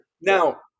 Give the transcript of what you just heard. now